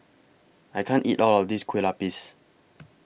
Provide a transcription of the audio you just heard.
I can't eat All of This Kueh Lapis